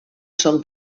són